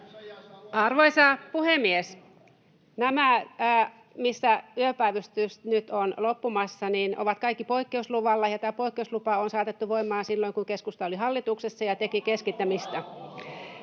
Arvoisa puhemies! Nämä, missä yöpäivystys nyt on loppumassa, ovat kaikki poikkeusluvalla, ja tämä poikkeuslupa on saatettu voimaan silloin, kun keskusta oli hallituksessa ja teki keskittämistä.